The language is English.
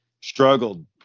struggled